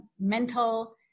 mental